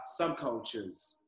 subcultures